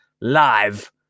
live